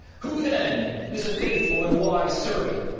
who then is a faithful and wise servant,